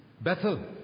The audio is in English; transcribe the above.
Bethel